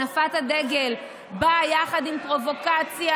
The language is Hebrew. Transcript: הנפת הדגל באה יחד עם פרובוקציה,